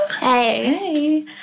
Hey